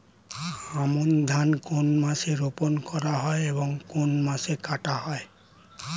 আমন ধান কোন মাসে রোপণ করা হয় এবং কোন মাসে কাটা হয়?